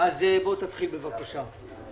בוא תתחיל, בבקשה.